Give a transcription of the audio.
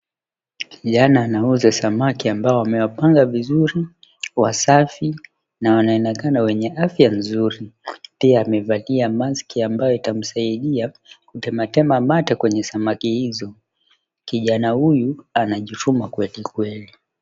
Kijana anauza samaki ambao amewapanga vizuri, wasafi na wanaonekana wenye afya nzuri. Pia amevalia mask ambayo itamsaidia kutematema mate kwenye samaki hizo. Kijana huyu anajituma kweli kweli.